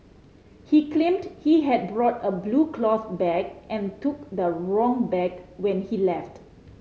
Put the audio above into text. he claimed he had brought a blue cloth bag and took the wrong bag when he left